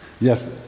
Yes